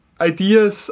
ideas